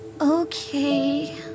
Okay